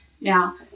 Now